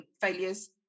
failures